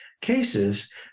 cases